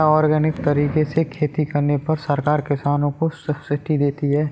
क्या ऑर्गेनिक तरीके से खेती करने पर सरकार किसानों को सब्सिडी देती है?